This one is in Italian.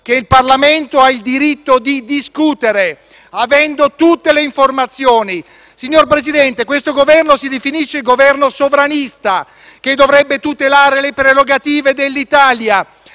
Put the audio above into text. che il Parlamento ha il diritto di discutere, avendo tutte le informazioni. Signor Presidente, questo Governo si definisce un Governo sovranista che dovrebbe tutelare le prerogative dell'Italia.